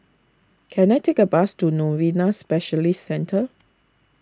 can I take a bus to Novena Specialist Centre